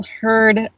heard